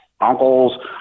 uncles